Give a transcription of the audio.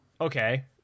Okay